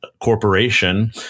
corporation